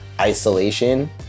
isolation